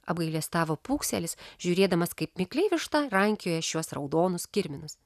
apgailestavo pūkselis žiūrėdamas kaip mikliai višta rankioja šiuos raudonus kirminus